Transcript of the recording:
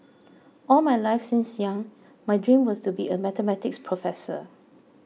all my life since young my dream was to be a Mathematics professor